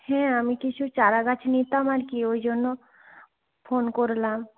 হ্যাঁ আমি কিছু চারাগাছ নিতাম আর কি ওই জন্য ফোন করলাম